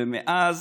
ומאז